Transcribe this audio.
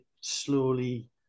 slowly